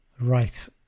Right